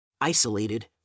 Isolated